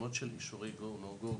הרשימות של אישורי "go/no go",